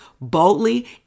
boldly